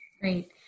Great